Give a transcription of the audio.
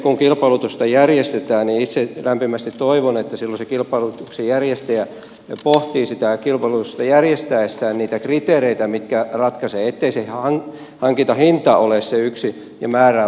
kun kilpailutusta järjestetään niin itse lämpimästi toivon että kilpailutuksen järjestäjä pohtii kilpailutusta järjestäessään niitä kriteereitä jotka ratkaisevat ettei hankintahinta ole se yksi ja määräävä asia